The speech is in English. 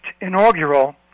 inaugural